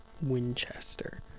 Winchester